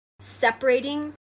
separating